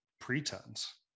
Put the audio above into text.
pretense